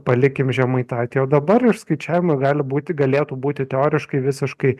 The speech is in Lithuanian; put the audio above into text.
palikim žemaitaitį o dabar ir skaičiavimai gali būti galėtų būti teoriškai visiškai